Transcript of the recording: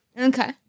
Okay